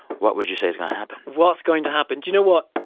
what would you say is going to happen? what's going to happen? do you know what?